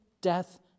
death